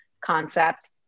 concept